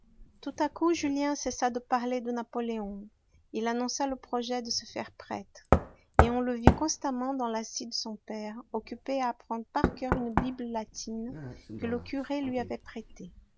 tout à coup julien cessa de parler de napoléon il annonça le projet de se faire prêtre et on le vit constamment dans la scie de son père occupé à apprendre par coeur une bible latine que le curé lui avait prêtée